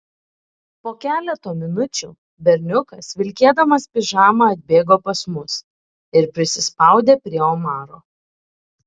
po keleto minučių berniukas vilkėdamas pižamą atbėgo pas mus ir prisispaudė prie omaro